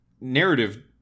narrative